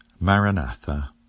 Maranatha